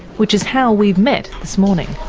which is how we've met this morning.